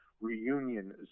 reunion